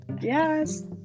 yes